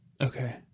okay